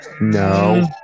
No